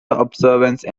observance